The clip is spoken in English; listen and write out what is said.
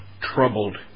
troubled